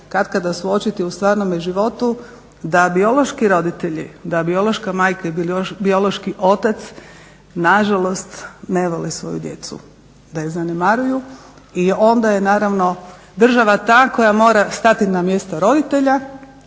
katkada suočiti u stvarnome životu da biološki roditelji, da biološka majka i biološki otac nažalost ne vole svoju djecu, da ih zanemaruju i onda je naravno država ta koja mora stati na mjesto roditelja